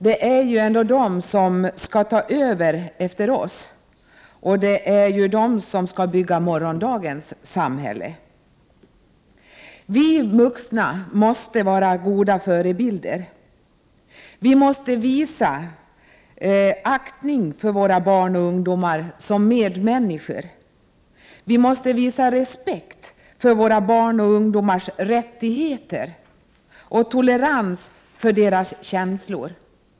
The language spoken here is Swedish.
Det är ju de som skall ta över efter oss, och det är de som skall bygga morgondagens samhälle. Vi vuxna måste vara goda förebilder. Vi måste visa aktning för våra barn och ungdomar som medmänniskor, vi måste visa respekt för våra barns och ungdomars rättigheter och tolerans för deras känslor.